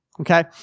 okay